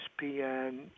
ESPN